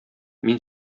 мин